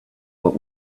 what